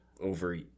over